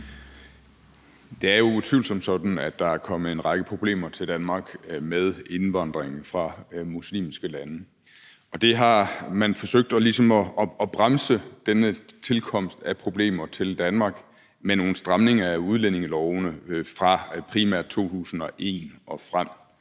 Det er utvivlsomt sådan, at der er kommet en række problemer til Danmark med indvandringen fra muslimske lande, og denne tilkomst af problemer til Danmark har man forsøgt ligesom at bremse med nogle stramninger af udlændingelovene fra primært 2001 og frem.